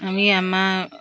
আমি আমাৰ